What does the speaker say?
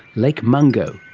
lake mungo,